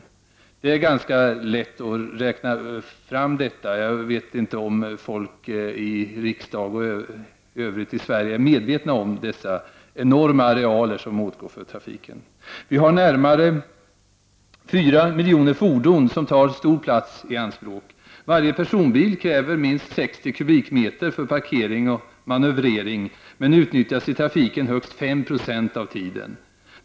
Detta är ganska lätt att räkna fram. Jag vet inte om människor i riksdagen och i övriga Sverige är medvetna om vilka enorma arealer som åtgår för trafiken. Vi har närmare 4 miljoner fordon som tar stor plats i anspråk. Varje personbil kräver minst 60 m? för parkering och manövrering, men utnyttjas i trafiken högst 5 96 av tiden.